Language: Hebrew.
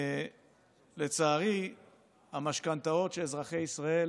ולצערי גם המשכנתאות שאזרחי ישראל